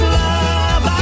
love